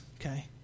okay